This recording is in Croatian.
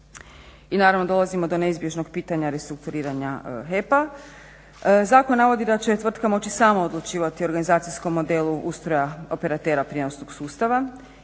I naravno dolazimo do neizbježnog pitanja restrukturiranja HEP-a. Zakon navodi da će tvrtka moći sama odlučivati o organizacijskom modelu ustroja operatera prijenosnog sustava.